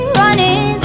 running